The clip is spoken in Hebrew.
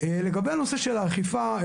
לגבי הנושא של האכיפה,